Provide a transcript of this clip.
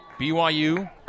BYU